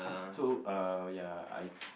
so uh ya I